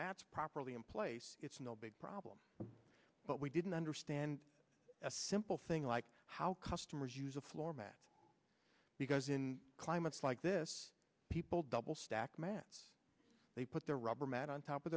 mats properly in place it's no big problem but we didn't understand a simple thing like how customers use a floor mat because in climates like this people double stack man they put their rubber mat on top of